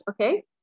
Okay